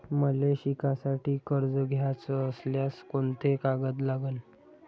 मले शिकासाठी कर्ज घ्याचं असल्यास कोंते कागद लागन?